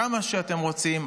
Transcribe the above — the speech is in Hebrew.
כמה שאתם רוצים,